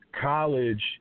college –